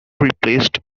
replaced